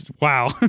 wow